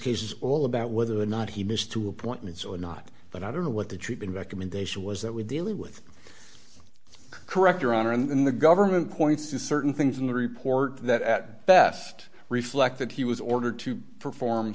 case is all about whether or not he missed two appointments or not but i don't know what the treatment recommendation was that would deal with correct your honor and the government points to certain things in the report that at best reflect that he was ordered to perform